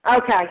Okay